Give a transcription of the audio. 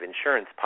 insurance